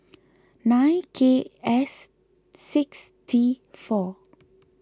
nine K S six T four